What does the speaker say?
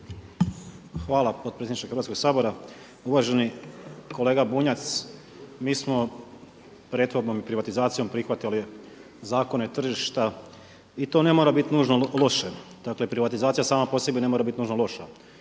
Hvala potpredsjedniče Hrvatskoga sabora. Uvaženi kolega Bunjac mi smo pretvorbom i privatizacijom prihvatili zakone tržišta i to ne mora biti nužno loše. Dakle privatizacija sama po sebi ne mora biti nužno loša.